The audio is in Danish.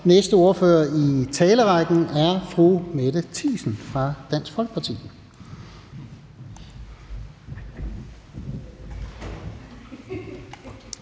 næste ordfører i talerrækken er fru Mette Thiesen fra Dansk Folkeparti.